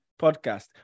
Podcast